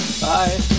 Bye